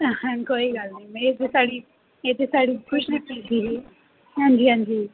हां जी कोई गल्ल नीं एह् ते साढ़ी खुशनसीबी ऐ